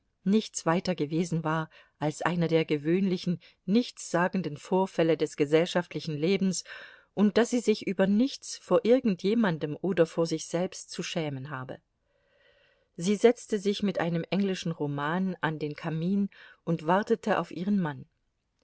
nichts weiter gewesen war als einer der gewöhnlichen nichtssagenden vorfälle des gesellschaftlichen lebens und daß sie sich über nichts vor irgend jemandem oder vor sich selbst zu schämen habe sie setzte sich mit einem englischen roman an den kamin und wartete auf ihren mann